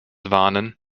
warnen